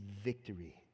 victory